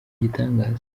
igitangaza